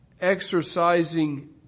exercising